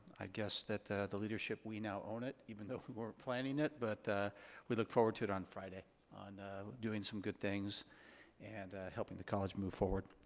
i guess that the leadership, we now own it even though we weren't planning it but we look forward to it on friday on doing some good things and helping the college move forward.